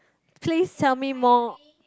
please tell me more